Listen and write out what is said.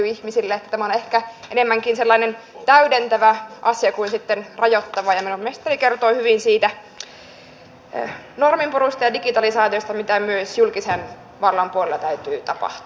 tämä on ehkä enemmänkin sellainen täydentävä asia kuin sitten rajoittava ja minun mielestäni kertoo hyvin siitä norminpurusta ja digitalisaatiosta mitä myös julkisen vallan puolella täytyy tapahtua